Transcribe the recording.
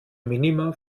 minima